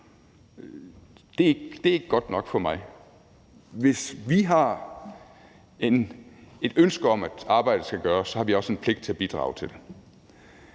Det er ikke godt nok for mig. Hvis vi har et ønske om, at arbejdet skal gøres, så har vi også en pligt til at bidrage til det.